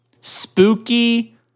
Spooky